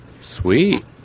Sweet